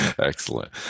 excellent